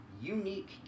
unique